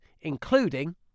including